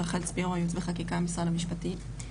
רחל ספירו ייעוץ וחקיקה משרד המשפטים.